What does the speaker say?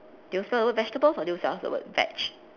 do you spell the word vegetables or do you spell the word veg